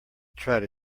try